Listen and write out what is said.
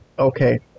Okay